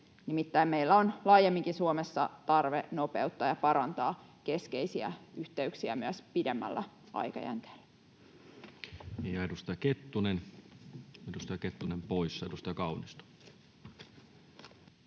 nimittäin meillä on laajemminkin Suomessa tarve nopeuttaa ja parantaa keskeisiä yhteyksiä myös pidemmällä aikajänteellä.